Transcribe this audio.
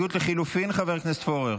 הסתייגות לחלופין, חבר הכנסת פורר?